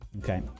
Okay